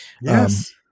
Yes